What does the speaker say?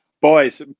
Boys